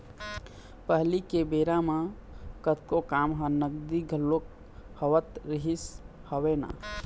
पहिली के बेरा म कतको काम ह नगदी घलोक होवत रिहिस हवय ना